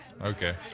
Okay